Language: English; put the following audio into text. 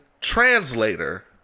translator